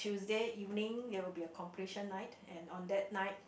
Tuesday evening it'll be a completion night and on that night